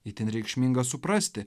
itin reikšminga suprasti